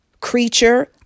creature